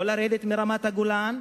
לא לרדת מרמת-הגולן.